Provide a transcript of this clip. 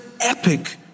epic